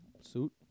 Suit